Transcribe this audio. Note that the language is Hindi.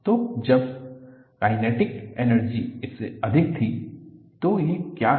तो जब काइनेटिक एनर्जी इससे अधिक थी तो ये क्या है